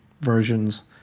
versions